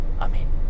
Amen